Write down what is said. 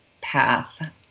path